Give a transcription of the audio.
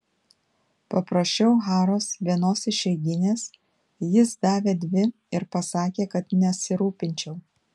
paprašiau haros vienos išeiginės jis davė dvi ir pasakė kad nesirūpinčiau